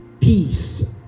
Peace